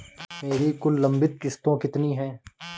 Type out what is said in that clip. मेरी कुल लंबित किश्तों कितनी हैं?